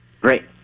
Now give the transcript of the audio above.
Great